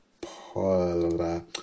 Paula